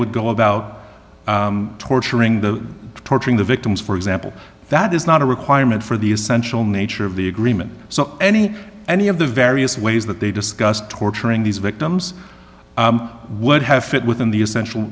would go about torturing the torturing the victims for example that is not a requirement for the essential nature of the agreement so any any of the various ways that they discussed torturing these victims would have fit within the essential